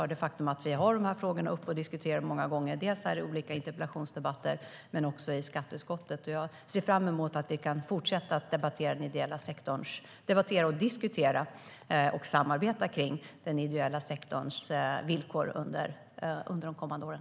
Det är ett faktum att vi har dessa frågor uppe och diskuterar dem många gånger i olika interpellationsdebatter men också i skatteutskottet. Jag ser fram emot att vi kan fortsätta att debattera, diskutera och samarbeta om den ideella sektorns villkor under de kommande åren.